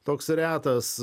toks retas